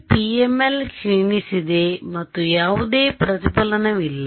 ಈ PML ಕ್ಷೀಣಿಸಿದೆ ಮತ್ತು ಯಾವುದೇ ಪ್ರತಿಫಲನವಿಲ್ಲ